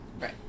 Right